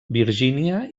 virgínia